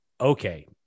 okay